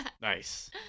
Nice